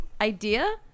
idea